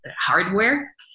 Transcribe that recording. hardware